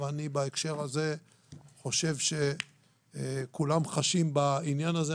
ובהקשר הזה אני חושב שכולם חשים בעניין הזה.